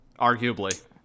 arguably